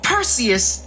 Perseus